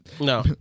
No